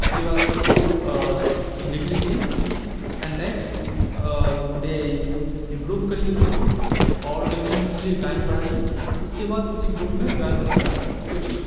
اس کے بعد اپنا اسکور لکھ لیجیے اینڈ نیکسٹ ڈے امپروو کریے خود کو اور کنٹینیوسلی ٹائم بڑھائیے اس کے بعد کسی گروپ میں جوائن ہونے کا سوچیے